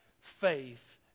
faith